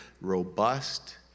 robust